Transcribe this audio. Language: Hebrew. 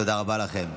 תודה רבה לכם.